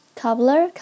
cobbler